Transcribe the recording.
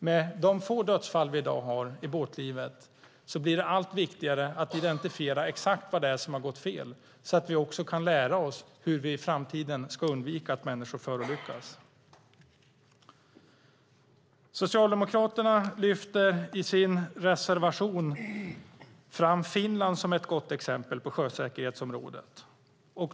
Med de få dödsfall vi har i dag i båtlivet blir det allt viktigare att identifiera exakt vad det är som har gått fel, så att vi kan lära oss hur vi i framtiden ska undvika att människor förolyckas. Socialdemokraterna lyfter i sin reservation fram Finland som ett gott exempel på sjösäkerhetsområdet.